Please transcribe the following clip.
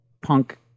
punk